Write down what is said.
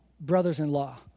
brothers-in-law